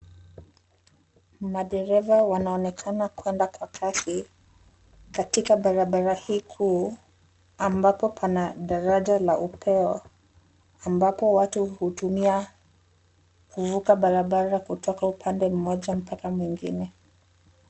Madereva wanaonekana kuenda kwa kasi katika barabara hii kuu ambapo pana daraja la upeo ambapo watu hutumia kuvuka barabara kutoka upande mmoja mpaka mwingine.